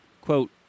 quote